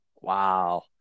Wow